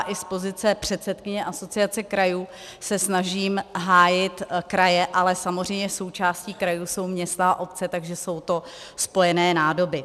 I z pozice předsedkyně Asociace krajů se snažím hájit kraje, ale samozřejmě součástí krajů jsou města a obce, takže jsou to spojené nádoby.